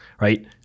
right